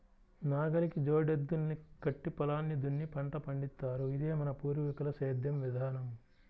నాగలికి జోడెద్దుల్ని కట్టి పొలాన్ని దున్ని పంట పండిత్తారు, ఇదే మన పూర్వీకుల సేద్దెం విధానం